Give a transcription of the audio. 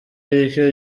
bike